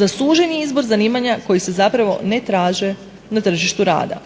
za suženi izbor zanimanja koji se zapravo ne traže na tržištu rada.